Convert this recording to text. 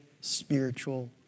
spiritual